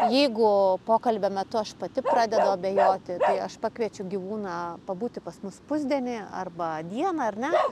jeigu pokalbio metu aš pati pradedu abejoti tai aš pakviečiu gyvūną pabūti pas mus pusdienį arba dieną ar ne